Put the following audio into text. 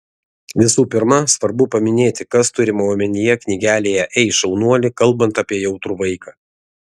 visų pirma svarbu paminėti kas turima omenyje knygelėje ei šaunuoli kalbant apie jautrų vaiką